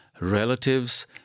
relatives